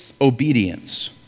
obedience